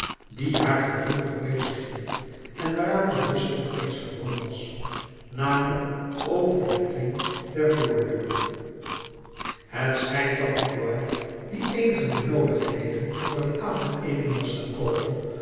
die haar gedurig bezighield en waaraan de bisschop reeds gewoon was namelijk over de klink der voordeur het schijnt dat magloire die eenige benoodigdheden voor het avondeten was gaan koopen